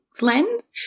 lens